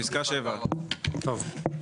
פסקה 7. טוב,